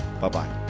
Bye-bye